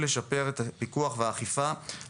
אני אמשיך רק לעיקרים של ההמלצות שנתנו בדוחות.